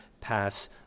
pass